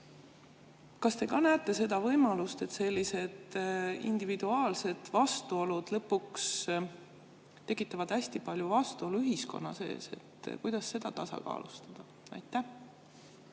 Kas te näete võimalust, et sellised individuaalsed vastuolud tekitavad lõpuks hästi palju vastuolu ühiskonna sees? Kuidas seda tasakaalustada? Aitäh!